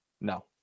No